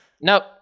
Nope